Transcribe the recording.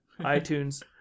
iTunes